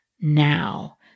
Now